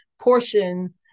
portion